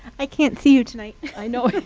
i can't see you tonight. i know,